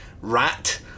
rat